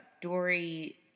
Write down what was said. Dory